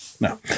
No